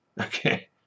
Okay